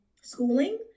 schooling